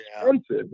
expensive